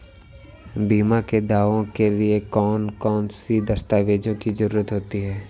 बीमा के दावे के लिए कौन कौन सी दस्तावेजों की जरूरत होती है?